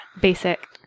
Basic